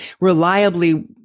reliably